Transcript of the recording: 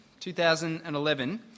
2011